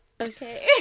Okay